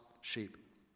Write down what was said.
sheep